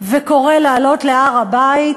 וקורא לעלות להר-הבית